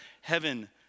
Heaven